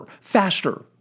faster